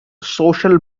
social